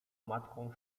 matką